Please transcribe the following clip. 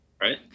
right